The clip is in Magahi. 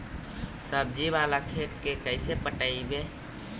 सब्जी बाला खेत के कैसे पटइबै?